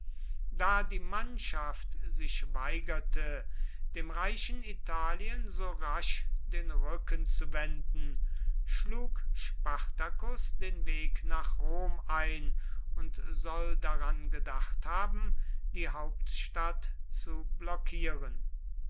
da die mannschaft sich weigerte dem reichen italien so rasch den rücken zu wenden schlug spartacus den weg nach rom ein und soll daran gedacht haben die hauptstadt zu blockieren